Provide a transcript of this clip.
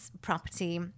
property